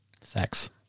Sex